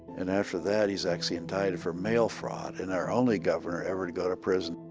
and after that, he's actually indicted for mail fraud and our only governor ever to go to prison.